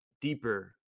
deeper